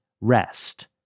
rest